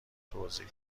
توضیح